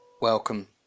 Welcome